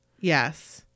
Yes